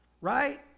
right